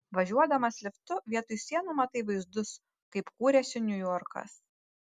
važiuodamas liftu vietoj sienų matai vaizdus kaip kūrėsi niujorkas